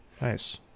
Nice